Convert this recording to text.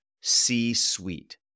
c-suite